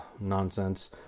nonsense